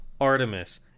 artemis